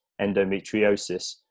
endometriosis